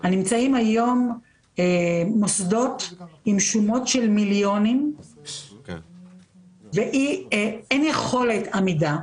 נמצאים היום מוסדות עם שומות של מיליונים ואין יכולת עמידה.